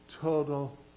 total